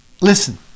Listen